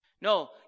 No